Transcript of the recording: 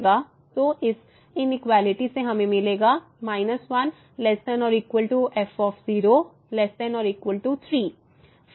तो इस इनइक्वेलिटी से हमें मिलेगा −1≤ f≤3